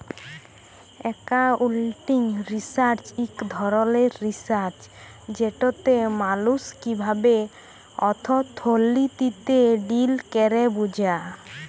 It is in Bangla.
একাউলটিং রিসার্চ ইক ধরলের রিসার্চ যেটতে মালুস কিভাবে অথ্থলিতিতে ডিল ক্যরে বুঝা